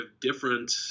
different